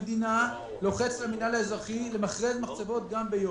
המדינה לוחצת על המינהל האזרחי למכרז מחצבות גם ביו"ש.